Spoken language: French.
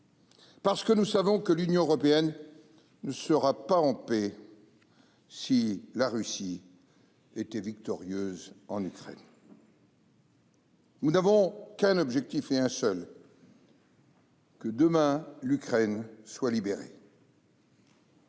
parce que nous savons que l'Union européenne ne sera pas en paix si la Russie est victorieuse en Ukraine. Nous n'avons qu'un objectif, et un seul : que demain l'Ukraine soit libérée